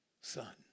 son